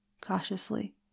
cautiously